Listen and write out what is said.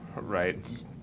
right